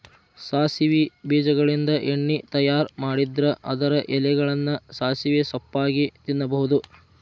ಸಾಸವಿ ಬೇಜಗಳಿಂದ ಎಣ್ಣೆ ತಯಾರ್ ಮಾಡಿದ್ರ ಅದರ ಎಲೆಗಳನ್ನ ಸಾಸಿವೆ ಸೊಪ್ಪಾಗಿ ತಿನ್ನಬಹುದು